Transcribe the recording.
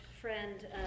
friend